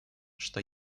что